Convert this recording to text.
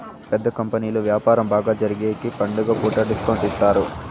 పెద్ద కంపెనీలు వ్యాపారం బాగా జరిగేగికి పండుగ పూట డిస్కౌంట్ ఇత్తారు